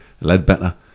Ledbetter